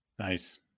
Nice